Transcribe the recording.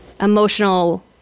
emotional